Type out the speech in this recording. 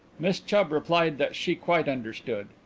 miss chubb replied that she quite understood.